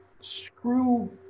Screw